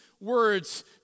words